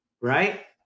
right